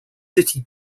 city